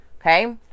okay